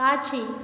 காட்சி